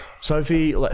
Sophie